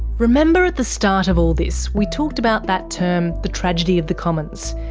remember at the start of all this we talked about that term, the tragedy of the commons?